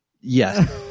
Yes